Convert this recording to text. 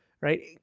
right